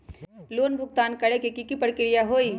Loan भुगतान करे के की की प्रक्रिया होई?